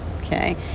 okay